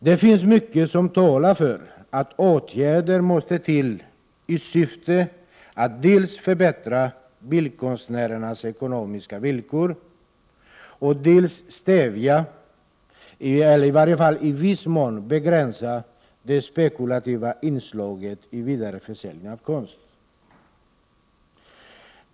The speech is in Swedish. Det finns mycket som talar för att åtgärder måste till i syfte att dels förbättra bildkonstnärernas ekonomiska villkor, dels stävja — eller åtminstone i viss mån begränsa — det spekulativa inslaget vid vidareförsäljning av konst.